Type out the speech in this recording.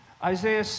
Isaiah